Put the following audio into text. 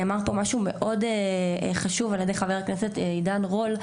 נאמר פה משהו מאוד חשוב על ידי חבר הכנסת עידן רול,